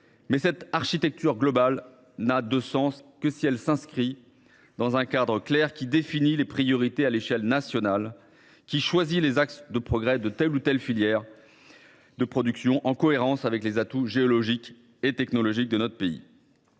Mais cette architecture globale n’a de sens que si elle s’inscrit dans un cadre clair qui définit les priorités à l’échelle nationale et fixe les axes de progrès de telle ou telle filière de production, en cohérence avec les atouts géologiques et technologiques de notre pays.